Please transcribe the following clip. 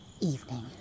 evening